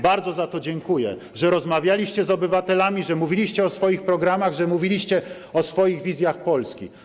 Bardzo za to dziękuję, że rozmawialiście z obywatelami, że mówiliście o swoich programach, że mówiliście o swoich wizjach Polski.